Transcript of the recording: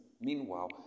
Meanwhile